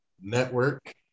network